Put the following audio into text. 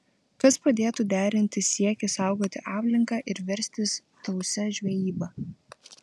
kas padėtų derinti siekį saugoti aplinką ir verstis tausia žvejyba